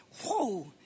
Whoa